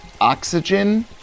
oxygen